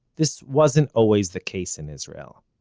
this wasn't always the case in israel.